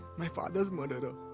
my father's murderer.